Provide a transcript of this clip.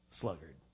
sluggard